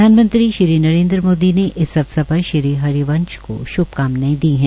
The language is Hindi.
प्रधानमंत्री श्री नरेन्द्र मोदी ने इस अवसर पर श्री हरिवंश को श्भकामनाएं दी है